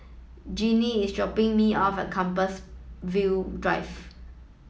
Jinnie is dropping me off at Compassvale Drive